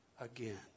again